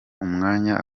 umwanya